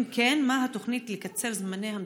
2. אם כן, מה התוכנית לקצר את זמני ההמתנה?